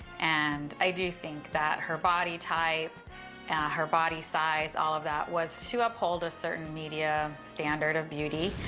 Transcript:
and i do think that her body type and her body size, all of that, was to uphold a certain media standard of beauty.